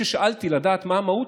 כששאלתי מה המהות,